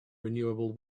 renewable